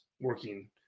working